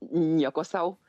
nieko sau